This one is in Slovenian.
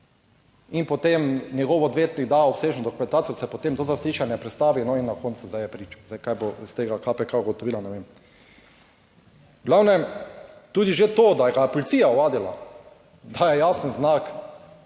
in potem njegov odvetnik da obsežno dokumentacijo se, potem to zaslišanje prestavi in na koncu zdaj je priča. Zdaj kaj bo iz tega KPK ugotovila ne vem. V glavnem tudi že to, da ga je policija ovadila daje jasen znak,